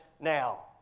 now